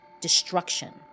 destruction